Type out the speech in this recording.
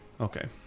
Okay